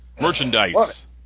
Merchandise